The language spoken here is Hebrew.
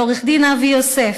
לעו"ד אבי יוסף.